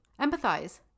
empathize